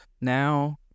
now